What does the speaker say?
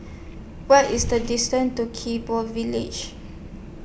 What IS The distance to Gek Poh Village